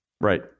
Right